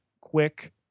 quick